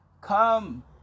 come